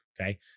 okay